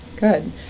Good